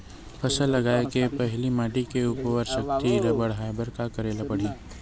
फसल लगाय के पहिली माटी के उरवरा शक्ति ल बढ़ाय बर का करेला पढ़ही?